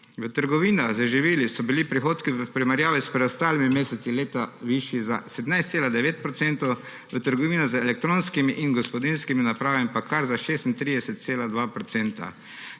V trgovinah z živili so bili prihodki v primerjavi s preostalimi meseci leta višji za 17,9 %, v trgovinah z elektronskimi in gospodinjskimi napravami pa kar za 36,2 %.